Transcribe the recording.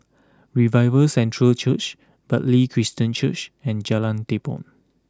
Revival Centre Church Bartley Christian Church and Jalan Tepong